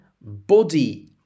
body